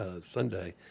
Sunday